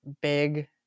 big